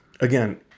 Again